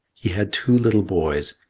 he had two little boys,